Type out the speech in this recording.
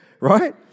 right